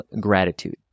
Gratitude